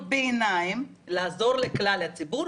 משרד התחבורה התנגד לזה,